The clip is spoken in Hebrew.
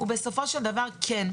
בסופו של דבר כן,